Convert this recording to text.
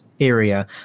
area